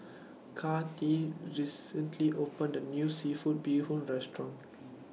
Kathie recently opened A New Seafood Bee Hoon Restaurant